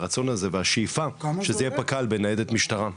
הרצון הזה והשאיפה שזה יהיה פק"ל בניידת משטרה.